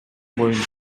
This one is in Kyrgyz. боюнча